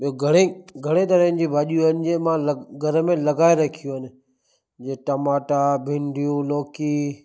ॿियो घणेई घणेई तरहनि जूं भाॼियूं आहिनि जीअं मां घर में लॻाए रखियूं आहिनि जे टमाटा भिंडियूं लौकी